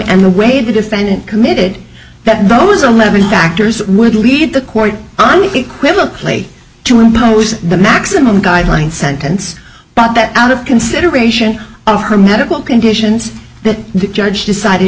and the way the defendant committed that those eleven factors would lead the court unequivocally to impose the maximum guideline sentence but that out of consideration of her medical conditions that the judge decided